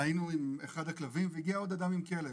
היינו עם אחד הכלבים והגיע עוד אדם עם כלב.